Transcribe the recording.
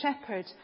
shepherd